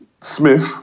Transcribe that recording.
Smith